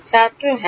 ছাত্র হ্যাঁ